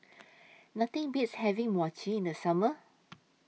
Nothing Beats having Mochi in The Summer